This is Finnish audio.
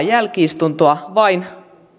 jälki istuntoa vain